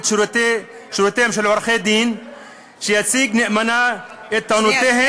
שירותיהם של עורכי-דין שיציגו נאמנה את טענותיהם,